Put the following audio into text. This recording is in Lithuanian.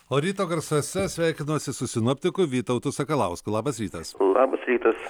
o ryto garsuose sveikinuosi su sinoptiku vytautu sakalausku labas rytas labas rytas